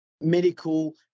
medical